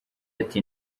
ati